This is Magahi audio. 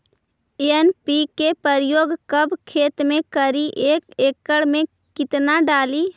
एन.पी.के प्रयोग कब खेत मे करि एक एकड़ मे कितना डाली?